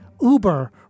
Uber